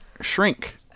Shrink